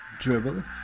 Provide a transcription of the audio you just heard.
Dribble